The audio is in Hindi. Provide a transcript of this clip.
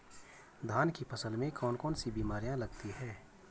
धान की फसल में कौन कौन सी बीमारियां लगती हैं?